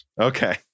Okay